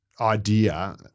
idea